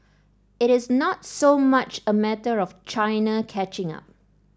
it is not so much a matter of China catching up